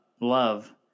love